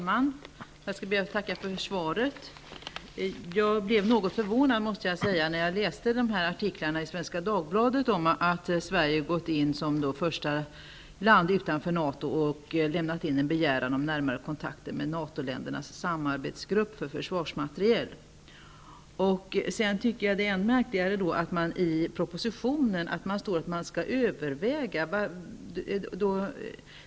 Herr talman! Jag tackar för svaret. Men jag måste säga att jag blev något förvånad när jag läste artiklarna i fråga i Svenska Dagbladet, där det stod att Sverige som första land utanför NATO lämnat in en begäran om närmare kontakter med NATO-ländernas samarbetsgrupp för försvarsmateriel. Än märkligare är det att det i propositionen sägs att man skall överväga.